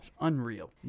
Unreal